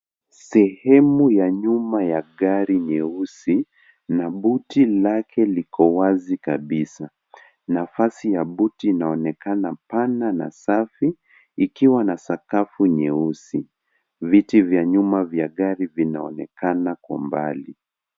Sehemu ya nyuma ya gari nyeusi na buti lake liko wazi kabisa. Nafasi ya buti inaonekana pana na safi, ikiwa na sakafu nyeusi. Viti vya nyuma vya gari vinaonekana kwa mbali.